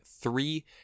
three